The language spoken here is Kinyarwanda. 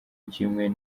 kimwe